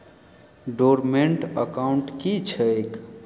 Dormant account की छैक?